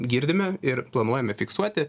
girdime ir planuojame fiksuoti